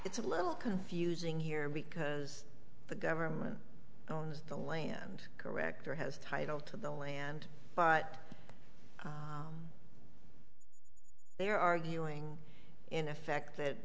it's a little confusing here because the government owns the land correct or has title to the land but they are arguing in effect